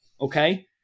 Okay